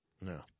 No